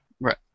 Right